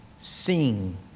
sing